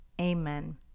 Amen